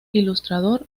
ilustrador